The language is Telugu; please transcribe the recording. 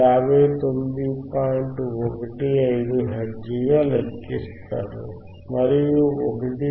15హెర్ట్జ్ గా లెక్కిస్తారు మరియు 1